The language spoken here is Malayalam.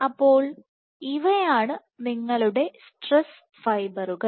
അപ്പോൾ ഇവയാണ് നിങ്ങളുടെ സ്ട്രെസ് ഫൈബറുകൾ